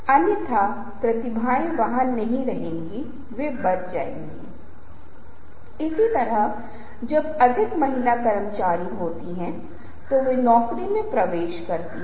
अब तथ्य यह है कि यह एक ऐसा दृष्टिकोण है जहां आप देख रहे हैं कि हमें यह कहते हुए संदेश जोड़ने दें कि कोई व्यक्ति संदेश जोड़ने के लिए नकारात्मक प्रतिक्रिया दे सकता है कोई अपने आप से बहस कर सकता है किसी को अपने आप के साथ एक संवाद हो सकता है